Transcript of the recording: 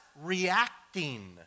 reacting